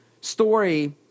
story